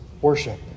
worship